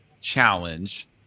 challenge